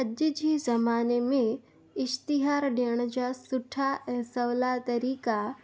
अॼु जे ज़माने में इश्तिहार ॾियण जा सुठा ऐं सवला तरीक़ा